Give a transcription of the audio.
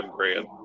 Grand